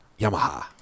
Yamaha